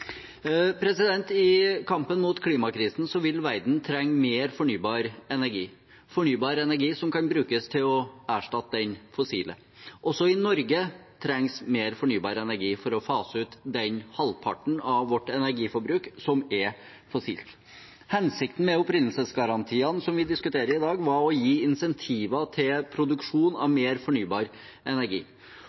I kampen mot klimakrisen vil verden trenge mer fornybar energi – fornybar energi som kan brukes til å erstatte den fossile. Også i Norge trengs mer fornybar energi for å fase ut den halvparten av vårt energiforbruk som er fossilt. Hensikten med opprinnelsesgarantiene som vi diskuterer i dag, var å gi insentiver til produksjon av mer fornybar energi.